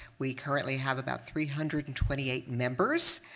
we currently have about three hundred and twenty eight members.